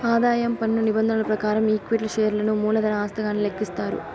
ఆదాయం పన్ను నిబంధనల ప్రకారం ఈక్విటీ షేర్లను మూలధన ఆస్తిగానే లెక్కిస్తారు